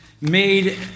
made